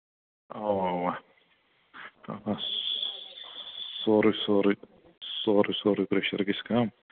اَوا اَوا اَوا سورُے سورُے سورُے سورُے پرٛٮ۪شر گژھِ کَم